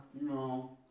No